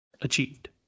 achieved